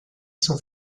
son